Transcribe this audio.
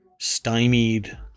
stymied